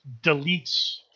deletes